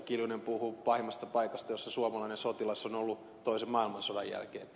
kiljunen puhui pahimmasta paikasta jossa suomalainen sotilas on ollut toisen maailmansodan jälkeen